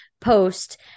post